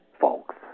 folks